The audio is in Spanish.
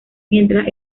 mientras